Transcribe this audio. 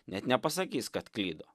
net nepasakys kad klydo